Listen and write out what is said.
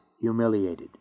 humiliated